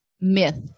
myth